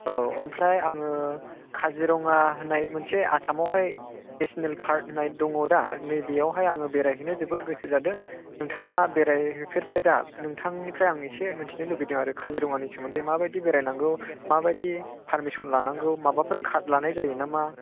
औ ओमफ्राय आङो काजिरङा होननाय मोनसे आसामावहाय नेसनेल पार्क होननाय दङ दा नैबेयावहाय आङो बेरायहैनो जोबोद गोसो जादों नोंथाङा बेरायहैफेरबाय दा नोंथांनिफ्राय आं इसे मिन्थिनो लुबैदों आरो काजिरङानि सोमोन्दै माबायदि बेरायनांगौ माबायदि पारमिसन लानांगौ माबाफोर कार्ड लानाय जायो नामा